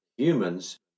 humans